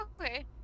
Okay